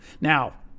Now